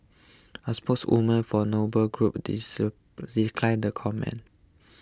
a spokeswoman for Noble Group declined the comment